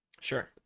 Sure